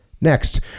Next